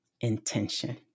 intention